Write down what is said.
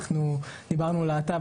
אנחנו דיברנו להט"ב,